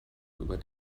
über